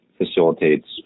facilitates